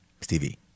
Stevie